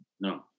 No